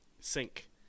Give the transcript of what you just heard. sync